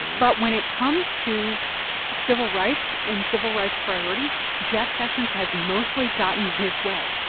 but when it comes to ah civil rights and civil rights priorities, jeff sessions has mostly gotten his way.